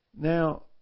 Now